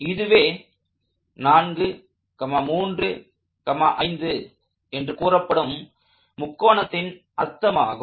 இதுவே 435 என்று கூறப்படும் முக்கோணத்தின் அர்த்தமாகும்